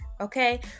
okay